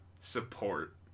support